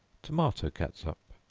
tomato catsup.